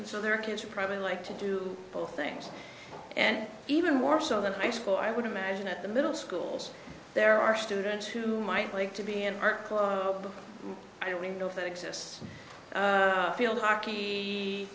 and so there are kids who probably like to do both things and even more so than high school i would imagine at the middle schools there are students who might like to be in our club i don't know if it exists field hockey